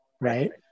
Right